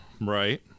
Right